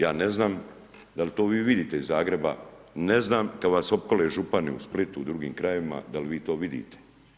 Ja ne znam da li to vi vidite iz Zagreba, ne znam kada vas opkole župani u Splitu, u drugim krajevima, da li vi to vidite?